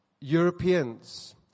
Europeans